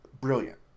brilliant